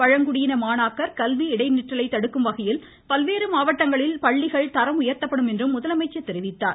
பழங்குடியின மாணாக்கர் கல்வி இடைநிற்றலை தடுக்கும் வகையில் பல்வேறு மாவட்டங்களில் பள்ளிகள் தரம் உயர்த்தப்படும் என்று முதலமைச்சர் தெரிவித்தார்